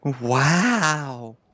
Wow